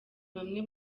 bamwe